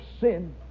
sin